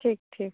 ठीक ठीक